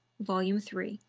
volume three